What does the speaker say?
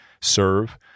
serve